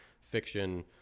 fiction